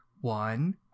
one